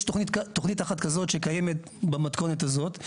יש תוכנית אחת כזאת שקיימת במתכונת הזאת.